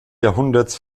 jahrhunderts